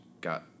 got